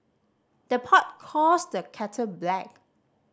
the pot calls the kettle black